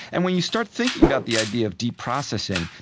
and when you start thinking about the idea of deep processing,